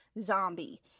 zombie